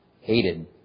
hated